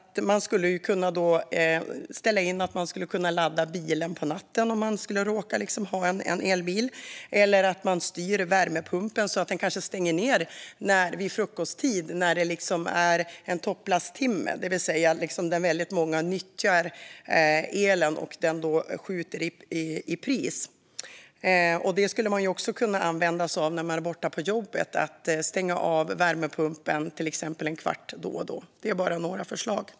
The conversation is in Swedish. Man skulle kunna ställa in att ladda bilen på natten om man råkar ha en elbil eller styra värmepumpen så att den stänger ned vid frukosttid när det är en topplasttimme, det vill säga när väldigt många nyttjar elen och priset skjuter i höjden. Det skulle man också kunna använda sig av när man är borta på jobbet och till exempel stänga av värmepumpen en kvart då och då. Det är bara några förslag.